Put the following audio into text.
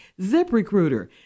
ZipRecruiter